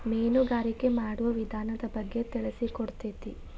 ಮೇನುಗಾರಿಕೆ ಮಾಡುವ ವಿಧಾನದ ಬಗ್ಗೆ ತಿಳಿಸಿಕೊಡತತಿ